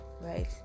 right